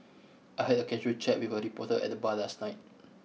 I had a casual chat with a reporter at the bar last night